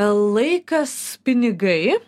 laikas pinigai